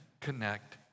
connect